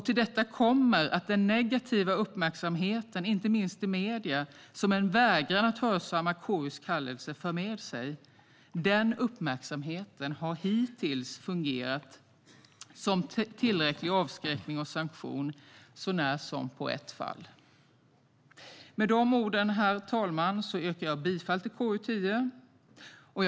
Till detta kommer att den negativa uppmärksamheten som en vägran att hörsamma KU:s kallelse för med sig, inte minst i medierna, hittills har fungerat som tillräcklig avskräckning och sanktion, så när som på ett fall. Med de orden, herr talman, yrkar jag på godkännande av utskottets anmälan i KU10.